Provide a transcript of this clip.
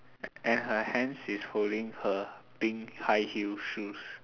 and her hands is holding her pink high heels shoes